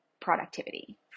productivity